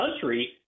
country